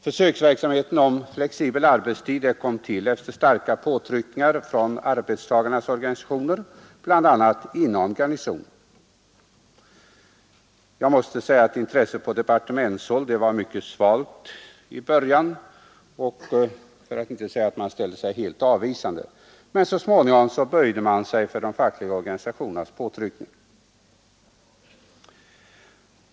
Försöksverksamheten med flexibel arbetstid kom till efter starka påtryckningar från arbetstagarnas organisationer, bl.a. inom Garnisonen. Intresset på departementshåll var mycket svalt i början, för att inte säga att man där ställde sig helt avvisande, men så småningom böjde man sig för de fackliga organisationernas påtryckningar.